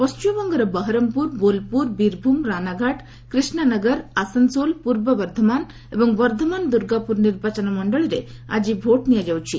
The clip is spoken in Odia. ପଣ୍ଟିମବଙ୍ଗର ବହରମପୁର ବୋଲପୁର ବୀରଭୂମ ରାନାଘାଟ କ୍ରିଷ୍ଣାନଗର ଆସନସୋଲ୍ ପୂର୍ବ ବର୍ଦ୍ଧମାନ ଏବଂ ବର୍ଦ୍ଧମାନ ଦୁର୍ଗାପୁର ନିର୍ବାଚନ ମଣ୍ଡଳୀରେ ଆଜି ଭୋଟ୍ ନିଆଯାଉଛି